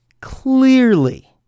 clearly